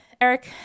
Eric